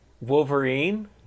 Wolverine